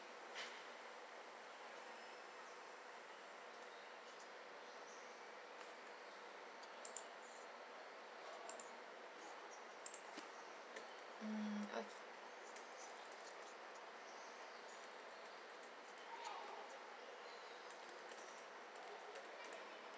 mm